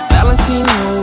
Valentino